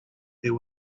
there